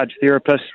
therapist